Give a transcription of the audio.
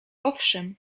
owszem